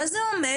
מה זה אומר,